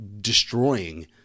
destroying